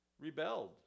rebelled